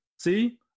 See